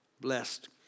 blessed